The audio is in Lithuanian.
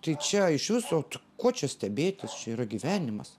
tai čia iš viso ko čia stebėtis čia yra gyvenimas